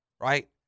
right